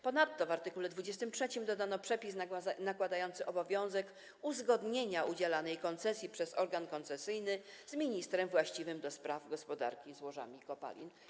Ponadto w art. 23 dodano przepis nakładający obowiązek uzgodnienia udzielanej koncesji przez organ koncesyjny z ministrem właściwym do spraw gospodarki złożami kopalin.